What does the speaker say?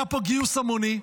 היה פה גיוס המוני,